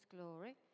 glory